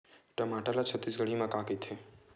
टमाटर ला छत्तीसगढ़ी मा का कइथे?